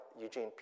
Eugene